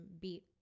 beat